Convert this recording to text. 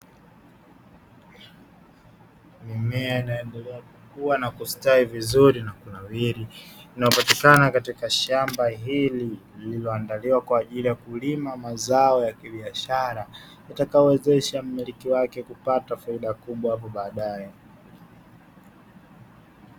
Mimea inaendelea kukua na kustawi vizuri na kunawiri inayopatikana katika shamba hili lililoandaliwa kwa ajili ya kulima mazao ya kibiashara, yatakayowezesha mmiliki wake kupata faida kubwa hapo baadaye.